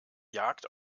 jagd